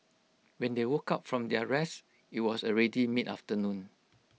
when they woke up from their rest IT was already mid afternoon